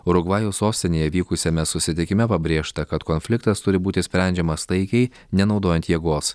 urugvajaus sostinėje įvykusiame susitikime pabrėžta kad konfliktas turi būti sprendžiamas taikiai nenaudojant jėgos